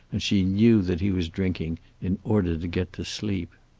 and she knew that he was drinking in order to get to sleep.